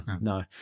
no